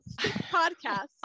podcast